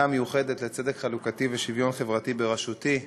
המיוחדת לצדק חלוקתי ולשוויון חברתי בראשותי,